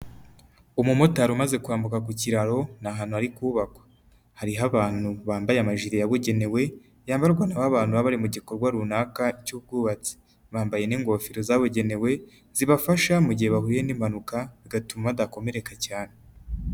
Umumotari umaze kwambuka ku kiraro, ni ahantu bari kubakwa, hariho abantu bambaye amajire yabugenewe, yabambarwa naho abantu baba bari mu gikorwa runaka cy'ubwubatsi, bambaye n'ingofero zabugenewe zibafasha mu gihe bahuye n'impanuka, bigatuma badakomereka cyane.